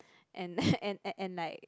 and then and like